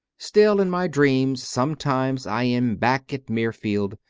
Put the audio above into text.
still, in my dreams sometimes i am back at mirfield,